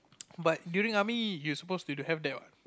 but during army you suppose to have that what